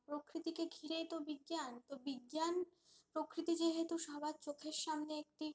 প্রকৃতিকে ঘিরেই তো বিজ্ঞান তো বিজ্ঞান প্রকৃতি যেহেতু সবার চোখের সামনে একটি